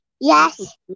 Yes